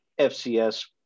FCS